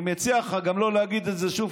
אני מציע לך גם לא להגיד את זה שוב,